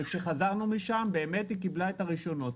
וכשחזרנו משם באמת היא קיבלה את הרישיונות.